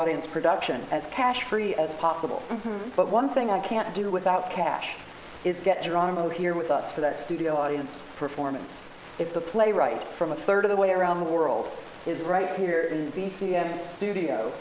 audience production as cash free as possible but one thing i can't do without cash is get drawn i'm over here with us for that studio audience performance if the playwright from a third of the way around the world is right here in the c n n studio